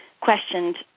questioned